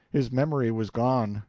his memory was gone,